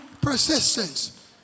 persistence